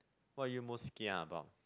what are you most kia about